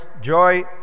joy